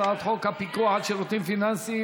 הצעת חוק הפיקוח על שירותים פיננסיים